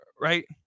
right